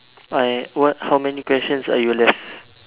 I what how many questions are you left